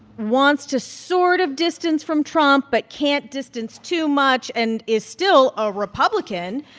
wants to sort of distance from trump but can't distance too much and is still a republican?